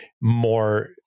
more